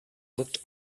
looked